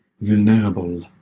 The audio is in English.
vulnerable